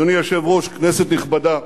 אדוני היושב-ראש, כנסת נכבדה,